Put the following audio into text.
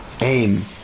Aim